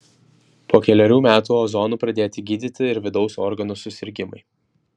po kelerių metų ozonu pradėti gydyti ir vidaus organų susirgimai